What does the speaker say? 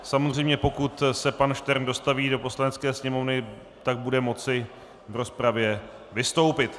Samozřejmě, pokud se pan Štern dostaví do Poslanecké sněmovny, bude moci v rozpravě vystoupit.